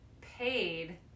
paid